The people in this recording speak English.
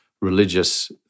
religious